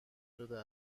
شده